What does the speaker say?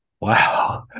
Wow